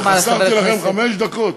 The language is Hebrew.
חסכתי לכם חמש דקות.